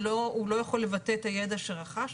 שהוא לא יכול לבטא את הידע שרכש,